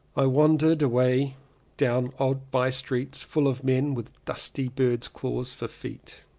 i wandered away down odd by-streets full of men with dusty birds' claws for feet.